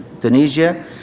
Tunisia